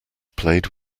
played